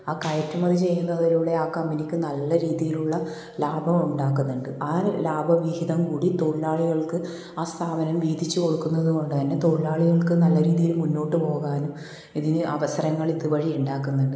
ആ കയറ്റുമതി ചെയ്യുന്നതിലൂടെ ആ കമ്പനിക്ക് നല്ല രീതിയിലുള്ള ലാഭവും ഉണ്ടാക്കുന്നുണ്ട് ആ ലാഭവിഹിതം കൂടി തൊഴിലാളികൾക്ക് ആ സ്ഥാപനം വീതിച്ച് കൊടുക്കുന്നത് കൊണ്ട് തന്നെ തൊഴിലാളികൾക്ക് നല്ല രീതിയിൽ മുന്നോട്ടു പോകാനും ഇതിൻ്റെ അവസരങ്ങൾ ഇതുവഴി ഉണ്ടാക്കുന്നുണ്ട്